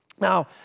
Now